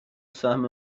سهم